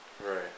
Right